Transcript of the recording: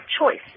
choice